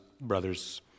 brothers